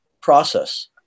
process